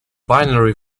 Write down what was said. binary